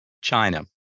China